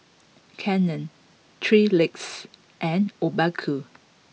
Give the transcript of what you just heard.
Canon Three Legs and Obaku